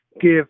give